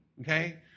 Okay